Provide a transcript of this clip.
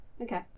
Okay